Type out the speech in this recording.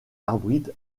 arbitre